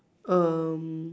um